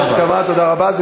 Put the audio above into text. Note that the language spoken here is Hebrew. יש הסכמה, תודה רבה.